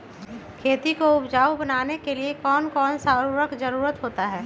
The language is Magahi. खेती को उपजाऊ बनाने के लिए कौन कौन सा उर्वरक जरुरत होता हैं?